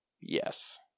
Yes